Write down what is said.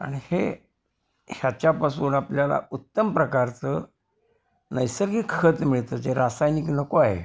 आणि हे ह्याच्यापासून आपल्याला उत्तम प्रकारचं नैसर्गिक खत मिळतं जे रासायनिक नको आहे